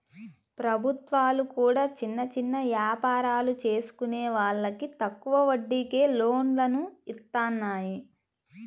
ప్రభుత్వాలు కూడా చిన్న చిన్న యాపారాలు చేసుకునే వాళ్లకి తక్కువ వడ్డీకే లోన్లను ఇత్తన్నాయి